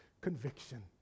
conviction